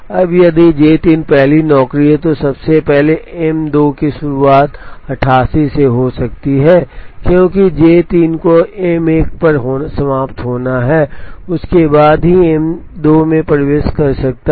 अब यदि J 3 पहली नौकरी है तो सबसे पहले M 2 की शुरुआत 88 से हो सकती है क्योंकि J 3 को M 1 पर समाप्त होना है और उसके बाद ही M 2 में प्रवेश कर सकता है